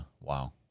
Wow